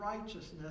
righteousness